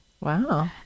Wow